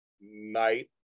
night